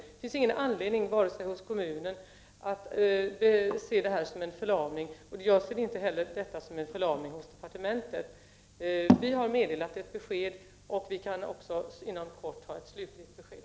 Det finns ingen anledning för kommunen att se detta som en förlamning. Jag ser inte heller detta som en förlamning hos departementet. Vi har meddelat ett besked. Vi kan också inom kort ge ett slutligt besked.